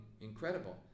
incredible